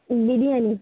biryani